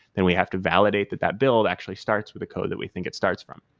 then we have to validate that that bill actually starts with the code that we think it starts from.